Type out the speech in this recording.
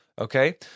Okay